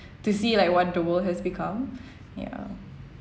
to see like what the world has become ya